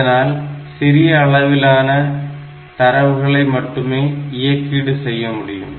இதனால் சிறிய அளவிலான தரவுகளை மட்டுமே இயக்குகீடு செய்ய முடியும்